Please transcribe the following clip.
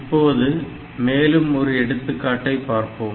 இப்போது மேலும் ஒரு எடுத்துக்காட்டை பார்ப்போம்